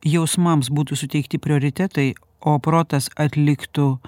jausmams būtų suteikti prioritetai o protas atliktų